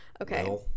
Okay